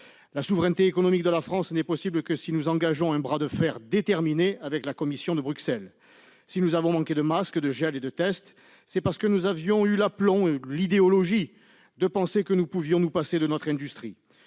La souveraineté économique de la France n'est possible que si nous engageons avec détermination un bras de fer avec la Commission de Bruxelles. Si nous avons manqué de masques, de gel et de tests, c'est parce que nous avions eu l'aplomb de penser- par idéologie ! -que nous pouvions nous passer de notre industrie.